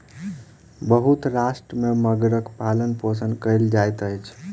बहुत राष्ट्र में मगरक पालनपोषण कयल जाइत अछि